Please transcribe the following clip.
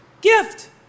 gift